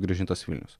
grąžintas vilnius